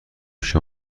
پیش